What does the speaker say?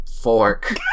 fork